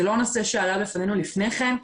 זה לא נושא שעלה לפנינו לפני כן,